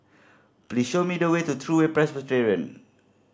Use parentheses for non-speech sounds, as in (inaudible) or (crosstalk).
please show me the way to True (unintelligible) Presbyterian